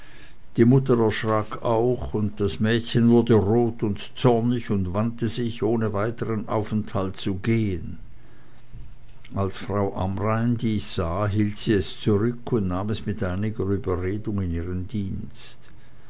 die mutter erschrak auch und das mädchen wurde rot und zornig und wandte sich ohne weitern aufenthalt zu gehen als frau amrain dies sah hielt sie es zurück und nahm es mit einiger überredung in ihren dienst